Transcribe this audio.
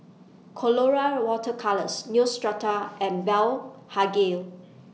Colora Water Colours Neostrata and Blephagel